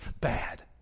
bad